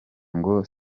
ngo